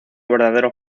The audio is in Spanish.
verdadero